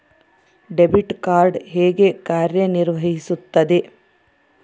Debit card ಹೇಗೆ ಕಾರ್ಯನಿರ್ವಹಿಸುತ್ತದೆ?